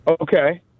Okay